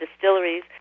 distilleries